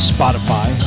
Spotify